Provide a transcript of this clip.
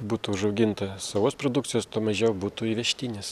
būtų užauginta savos produkcijos tuo mažiau būtų įvežtinis